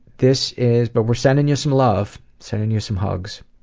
this is but we're sending you some love, sending you some hugs.